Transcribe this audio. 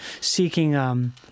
seeking –